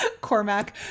Cormac